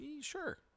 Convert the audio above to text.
Sure